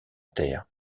terre